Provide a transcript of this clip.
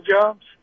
jobs